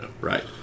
Right